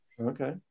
Okay